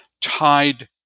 tied